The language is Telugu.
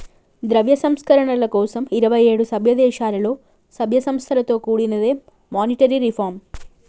ద్రవ్య సంస్కరణల కోసం ఇరవై ఏడు సభ్యదేశాలలో, సభ్య సంస్థలతో కూడినదే మానిటరీ రిఫార్మ్